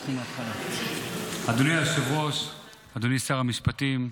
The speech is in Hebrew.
--- אדוני היושב-ראש, אדונ שר המשפטים,